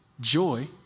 Joy